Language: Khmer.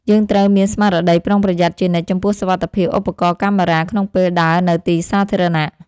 យើងត្រូវមានស្មារតីប្រុងប្រយ័ត្នជានិច្ចចំពោះសុវត្ថិភាពឧបករណ៍កាមេរ៉ាក្នុងពេលដើរនៅទីសាធារណៈ។